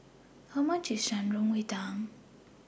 How much IS Shan Rui Tang